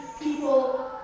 people